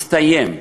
הסתיים,